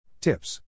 Tips